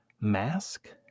mask